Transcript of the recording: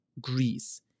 Greece